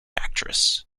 actress